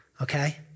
okay